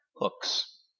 Hooks